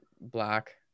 black